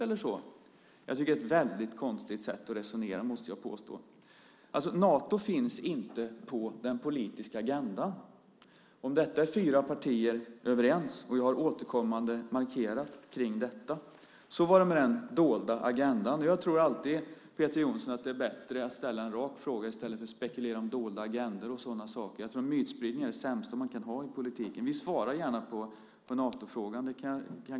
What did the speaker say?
Jag tycker att det är ett väldigt konstigt sätt att resonera. Nato finns inte på den politiska agendan. Om detta är fyra partier överens. Jag har återkommande markerat detta. Så var det med den dolda agendan. Jag tror, Peter Jonsson, att det alltid är bättre att ställa en rak fråga än att spekulera om dolda agendor. Mytspridning är det sämsta man kan ägna sig åt i politiken. Vi svarar gärna på Natofrågan.